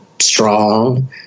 strong